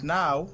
now